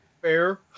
Fair